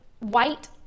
White